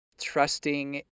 trusting